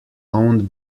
owned